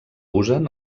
usen